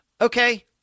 okay